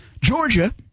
Georgia